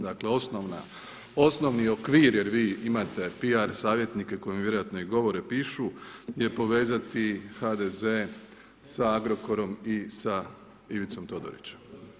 Dakle, osnovni okvir jer vi imate PR savjetnike koji vam vjerojatno i govore pišu je povezati HDZ sa Agrokorom i sa Ivicom Todorićem.